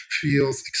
feels